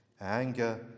Anger